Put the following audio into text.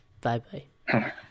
Bye-bye